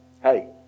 hey